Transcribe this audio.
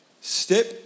step